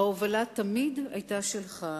ההובלה תמיד היתה שלך,